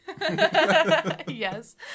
Yes